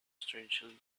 strangely